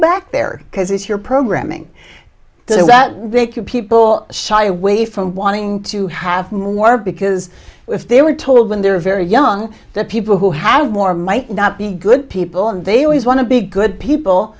back there because it's your programming that make you people shy away from wanting to have more because if they were told when they were very young that people who have more might not be good people and they always want to be good people